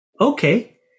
Okay